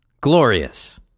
Glorious